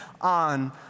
on